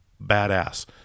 badass